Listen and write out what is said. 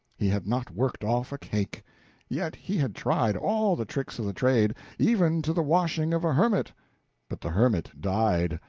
he had not worked off a cake yet he had tried all the tricks of the trade, even to the washing of a hermit but the hermit died.